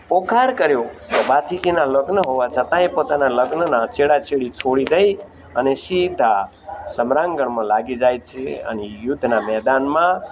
પોકાર કર્યો ભાથીજીનાં લગ્ન હોવા છતાં એ પોતાનાં લગ્નનાં છેડા છેડી છોડી દઈ અને સીધાં સમરાંગણમાં લાગી જાય છે અને યુદ્ધનાં મેદાનમાં